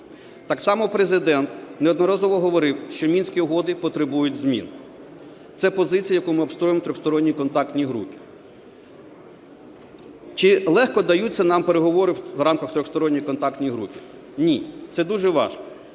Так само Президент неодноразово говорив, що Мінські угоди потребують змін. Це позиція, яку ми обстоюємо в Тристоронній контактній групі. Чи легко даються нам переговори в рамках Тристоронньої контактної групи? Ні, це дуже важко.